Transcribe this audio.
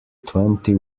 twenty